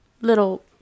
little